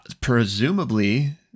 presumably